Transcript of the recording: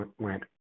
went